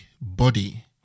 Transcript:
body